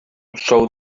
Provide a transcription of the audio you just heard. show